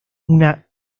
una